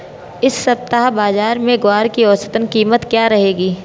इस सप्ताह बाज़ार में ग्वार की औसतन कीमत क्या रहेगी?